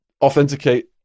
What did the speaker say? authenticate